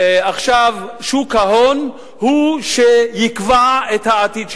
ועכשיו שוק ההון הוא שיקבע את העתיד שלך.